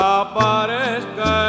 aparezca